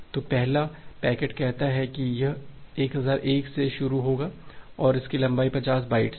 तो पहला पैकेट कहता है कि यह 1001 से शुरू होगा और इसकी लंबाई 50 बाइट्स है